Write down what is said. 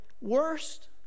worst